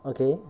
okay